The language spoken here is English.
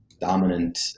dominant